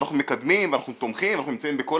שאנחנו מקדמים ואנחנו תומכים,